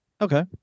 okay